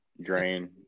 drain